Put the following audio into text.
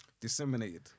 Disseminated